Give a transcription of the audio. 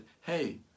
hey